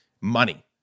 money